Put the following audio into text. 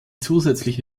zusätzliche